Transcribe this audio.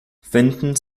finden